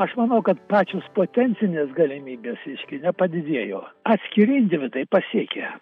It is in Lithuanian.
aš manau kad pačios potencinės galimybės reiškia nepadidėjo atskiri individai pasiekia